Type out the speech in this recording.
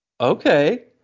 Okay